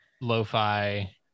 lo-fi